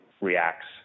reacts